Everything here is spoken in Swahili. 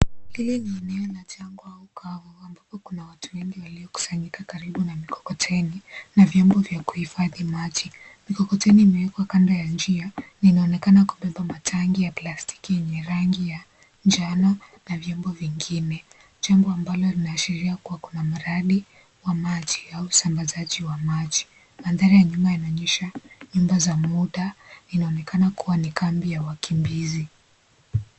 Hili ni eneo la jangwa au kavu ambapo kuna watu wengi waliokusanyika karibu na mikokoteni na vyombo vya kuhifadhi maji . Mikokoteni imewekwa kando ya njia linaonekana kubeba ya matanki ya plastiki yenye rangi ya njano na vyombo vingine , jambo mbalo linaashiria kuwa kuna mradi wa maji au usambazaji wa maji . Mandhari ya nyuma yanaonyesha nyumba za muda , inaonekana kuwa ni kambi ya wakimbizi.